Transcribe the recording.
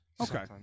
Okay